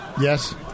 Yes